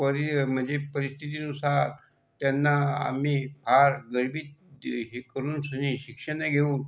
परी म्हणजे परिस्थितीनुसार त्यांना आम्ही फार गरिबीत हे करुनसनी शिक्षणं घेऊन